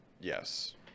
Yes